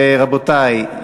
רבותי,